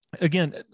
again